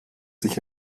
sich